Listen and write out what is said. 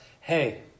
Hey